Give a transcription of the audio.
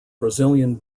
brazilian